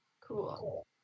cool